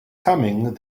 coming